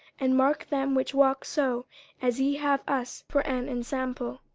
and mark them which walk so as ye have us for an ensample.